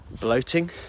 bloating